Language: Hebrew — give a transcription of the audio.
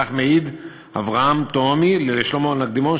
כך מעיד אברהם תהומי לשלמה נקדימון,